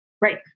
Right